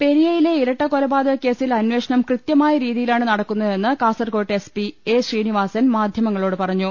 പെരിയയിലെ ഇരട്ട കൊലപാതക് കേസിൽ അന്വേഷണം കൃത്യമായ രീതിയിലാണ് നടക്കുന്നതെന്ന് Kasaragod S P A Srinivasan മാധ്യമങ്ങളോട് പറഞ്ഞു